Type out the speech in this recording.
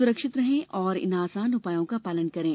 सुरक्षित रहें और इन आसान उपायों का पालन करें